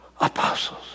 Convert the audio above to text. apostles